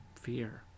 fear